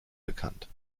bekannt